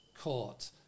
court